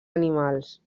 animals